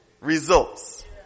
results